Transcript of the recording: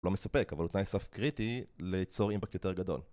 לא מספק, אבל הוא תנאי סף קריטי ליצור אימפקט יותר גדול